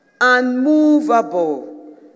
unmovable